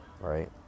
Right